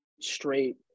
straight